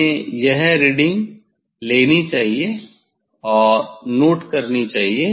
हमें यह रीडिंग लेनी चाहिए और नोट करनी चाहिए